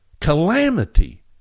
calamity